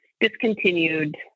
discontinued